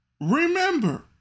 Remember